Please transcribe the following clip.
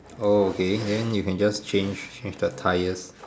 oh okay then you can just change change the tyres